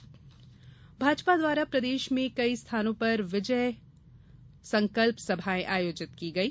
भाजपा सभा भाजपा द्वारा प्रदेश में कई स्थानों पर विजय संकल्प सभाएं आयोजित की गई